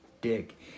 dick